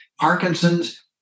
Parkinson's